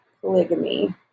polygamy